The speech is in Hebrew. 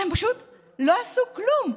והם פשוט לא עשו כלום,